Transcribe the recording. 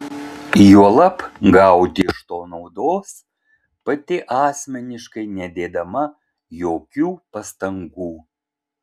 juolab gauti iš to naudos pati asmeniškai nedėdama jokių pastangų